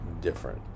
different